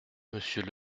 monsieur